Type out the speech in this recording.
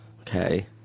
Okay